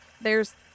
There's-